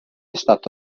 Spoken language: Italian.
stato